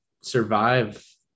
survive